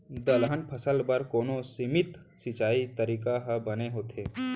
दलहन फसल बर कोन सीमित सिंचाई तरीका ह बने होथे?